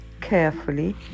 carefully